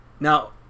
Now